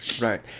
Right